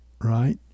right